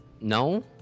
No